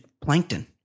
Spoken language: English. plankton